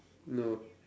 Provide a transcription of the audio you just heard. no